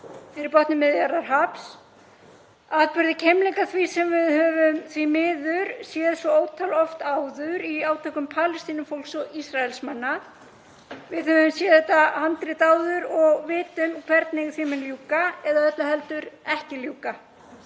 fyrir botni Miðjarðarhafs, atburði keimlíka því sem við höfum því miður séð svo ótal oft áður í átökum Palestínufólks og Ísraelsmanna. Við höfum séð þetta handrit áður og vitum hvernig því mun ljúka, eða öllu heldur ekki ljúka.